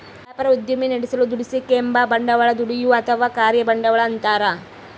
ವ್ಯಾಪಾರ ಉದ್ದಿಮೆ ನಡೆಸಲು ದುಡಿಸಿಕೆಂಬ ಬಂಡವಾಳ ದುಡಿಯುವ ಅಥವಾ ಕಾರ್ಯ ಬಂಡವಾಳ ಅಂತಾರ